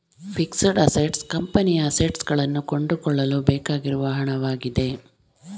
fixed assets ಕಂಪನಿಯ assets ಗಳನ್ನು ಕೊಂಡುಕೊಳ್ಳಲು ಬೇಕಾಗಿರುವ ಹಣವಾಗಿದೆ